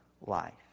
life